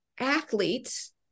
athletes